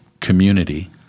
community